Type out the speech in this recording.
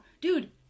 dude